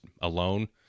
alone